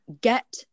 Get